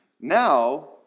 Now